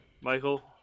Michael